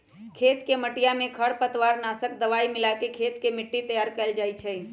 खेत के मटिया में खरपतवार नाशक दवाई मिलाके खेत के मट्टी तैयार कइल जाहई